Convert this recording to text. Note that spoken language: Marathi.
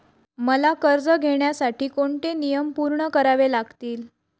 मला कर्ज घेण्यासाठी कोणते नियम पूर्ण करावे लागतील?